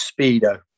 Speedo